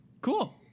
cool